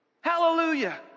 Hallelujah